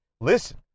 listen